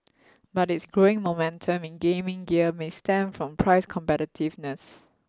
but its growing momentum in gaming gear may stem from price competitiveness